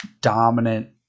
dominant